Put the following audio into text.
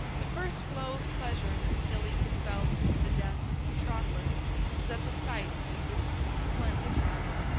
the first glow of pleasure that achilles had felt since the death of patroclus was at the sight of this splendid armor.